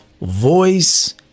voice